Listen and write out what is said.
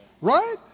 right